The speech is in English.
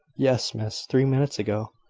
yes, miss, three minutes ago.